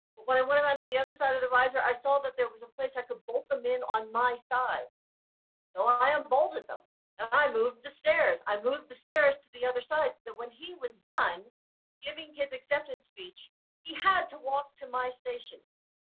when i went around to the other side of the riser i saw that there was a place i could bolt them in on my side so i unbolted them to move the stairs. i moved the stairs to the other side so that when he was done giving his acceptance speech he had to walk to my station.